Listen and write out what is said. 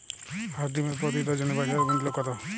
হাঁস ডিমের প্রতি ডজনে বাজার মূল্য কত?